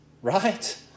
Right